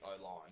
O-line